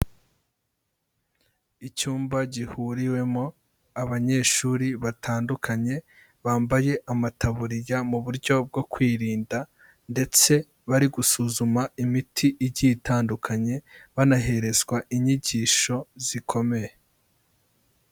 Icyumba gihuriwemo abanyeshuri batandukanye bambaye amataburiya mu buryo bwo kwirinda ndetse bari gusuzuma imiti igiye itandukanye, banaherezwa inyigisho zikomeye.